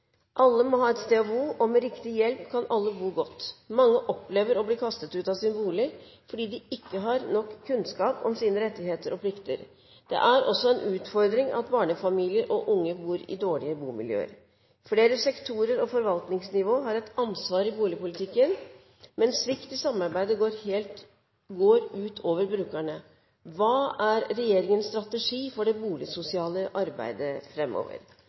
alle ha et sted å bo, og med riktig hjelp kan de få det. Det er altfor mange som opplever å bli kastet ut av boligen sin fordi de ikke har nok kunnskap om sine rettigheter og plikter. Det er også en utfordring at barnefamilier og unge bor i dårlige bomiljøer. Det siste jeg tok opp nå, er veldig viktig også med tanke på det forebyggende arbeidet som vi snakker om når det gjelder ungdomskriminalitet, eller ungdom som ikke nødvendigvis blir kriminelle, men